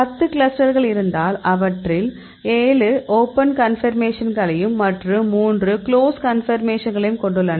10 கிளஸ்டர்கள் இருந்தால் அவற்றில் 7 ஓபன் கன்பர்மேஷன்களையும் மற்றும் 3 குளோஸ் கன்பர்மேஷன்களையும் கொண்டுள்ளன